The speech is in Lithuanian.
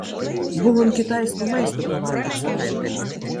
buvom kitaisko maisto pavalgyt savaitgalį